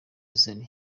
zari